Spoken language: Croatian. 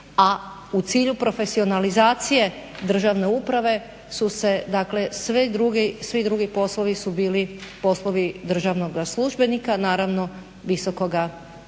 a u cilju profesionalizacije državne uprave su se dakle svi drugi poslovi su bili poslovi državnoga službenika, naravno visokoga ili